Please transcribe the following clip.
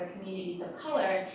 of color,